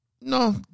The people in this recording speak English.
No